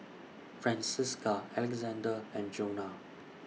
Francisca Alexzander and Jonna